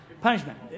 Punishment